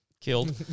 killed